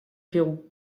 pérou